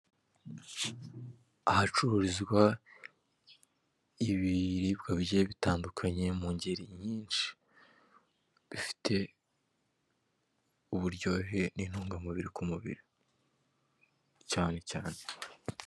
Ahacururizwa ibiribwa bigiye bitandukanye mu ngeri nyinshi bifite uburyohe n'intungamubiri ku mubiri cyane cyane.